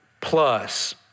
plus